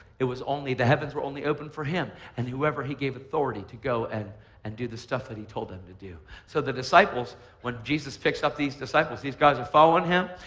it was only the heavens were only open for him and whoever he gave authority to go and and do the stuff that he told them to do. so the disciples when jesus picks up these disciples, these guys are following him,